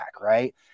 right